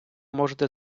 можете